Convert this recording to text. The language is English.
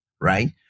right